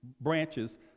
branches